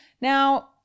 Now